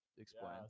explain